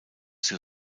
sur